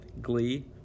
Glee